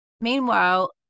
meanwhile